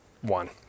one